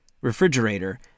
refrigerator